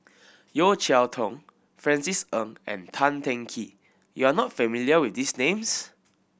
Yeo Cheow Tong Francis Ng and Tan Teng Kee you are not familiar with these names